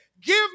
give